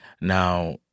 Now